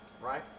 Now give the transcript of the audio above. right